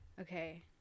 okay